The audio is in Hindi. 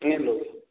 कै लोग